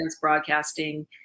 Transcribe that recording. broadcasting